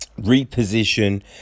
reposition